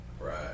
Right